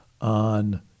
on